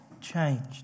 changed